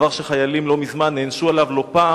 דבר שחיילים לא מזמן נענשו עליו לא פעם